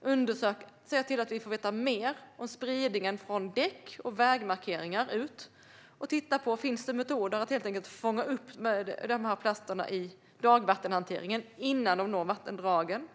Vi ska se till att vi får veta mer om spridningen från däck och vägmarkeringar och titta på om det finns metoder att helt enkelt fånga upp dessa plaster i dagvattenhanteringen innan de når vattendragen.